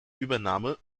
übernahme